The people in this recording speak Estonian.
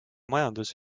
majandus